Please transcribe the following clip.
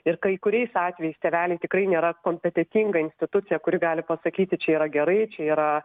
ir kai kuriais atvejais tėveliai tikrai nėra kompetentinga institucija kuri gali pasakyti čia yra gerai čia yra